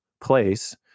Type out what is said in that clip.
place